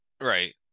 Right